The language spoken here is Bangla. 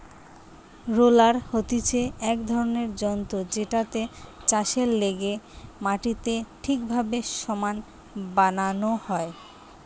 রোলার হতিছে এক রকমের যন্ত্র জেটাতে চাষের লেগে মাটিকে ঠিকভাবে সমান বানানো হয়